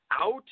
out